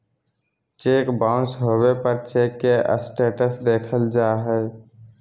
cheque bounce होबे पर cheque के स्टेटस देखल जा हइ